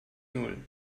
null